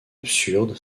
absurde